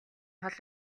хол